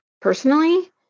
personally